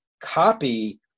copy